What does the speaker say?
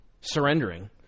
surrendering